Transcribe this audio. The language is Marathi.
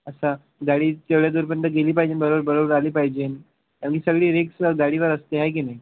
असा गाडी तेवढ्या दूरपर्यंत गेली पाहिजे बरोबर बरोबर आली पाहिजे आम्ही सगळी रीक्स गाडीवर असते आहे की नाही